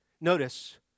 Notice